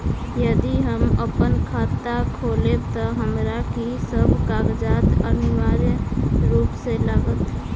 यदि हम अप्पन खाता खोलेबै तऽ हमरा की सब कागजात अनिवार्य रूप सँ लागत?